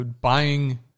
buying